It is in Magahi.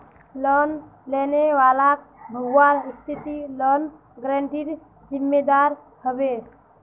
लोन लेने वालाक भगवार स्थितित लोन गारंटरेर जिम्मेदार ह बे